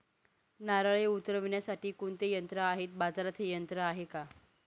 नारळे उतरविण्यासाठी कोणते यंत्र आहे? बाजारात हे यंत्र आहे का?